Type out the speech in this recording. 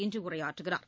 இன்று உரையாற்றுகிறார்